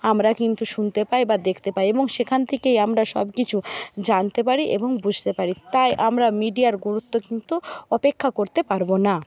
আমরা কিন্তু শুনতে পাই বা দেখতে পাই এবং সেখান থেকেই আমরা সবকিছু জানতে পারি এবং বুঝতে পারি তাই আমরা মিডিয়ার গুরুত্ব কিন্তু উপেক্ষা করতে পারব না